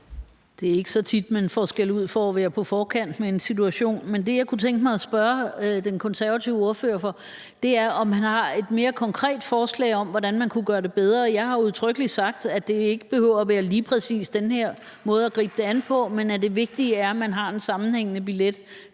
Det er ikke så tit, at man får skældud for at være på forkant med en situation. Men det, jeg kunne tænke mig at spørge den konservative ordfører om, er, om han har et mere konkret forslag til, hvordan man kunne gøre det bedre. Jeg har udtrykkeligt sagt, at det ikke behøver at være lige præcis den her måde at gribe det an på, men at det vigtige er, at man har en sammenhængende billet,